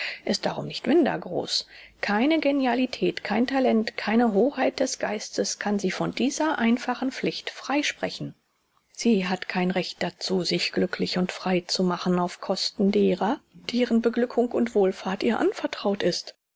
ist darum nicht minder groß keine genialität kein talent keine hoheit des geistes kann sie von dieser einfachen pflicht freisprechen sie hat kein recht dazu sich glücklich und frei zu machen auf kosten derer deren beglückung und wohlfahrt ihr anvertraut ist